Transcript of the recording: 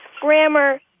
Grammar